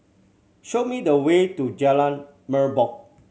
show me the way to Jalan Merbok